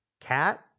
Cat